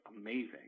amazing